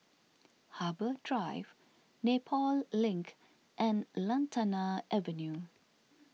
Harbour Drive Nepal Link and Lantana Avenue